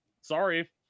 Sorry